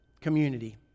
community